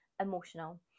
emotional